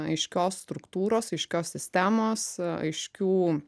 aiškios struktūros aiškios sistemos aiškių